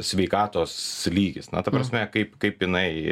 sveikatos lygis na ta prasme kaip kaip jinai